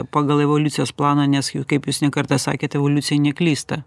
pagal evoliucijos planą nes jau kaip jūs ne kartą sakėt evoliucija neklysta